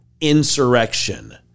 insurrection